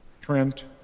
Trent